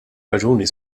raġuni